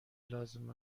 لازم